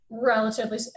relatively